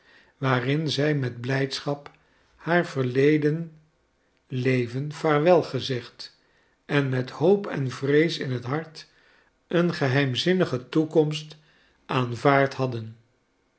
waarin zij met blijdschap haar verleden leven vaarwel gezegd en met hoop en vrees in het hart een geheimzinnige toekomst aanvaard hadden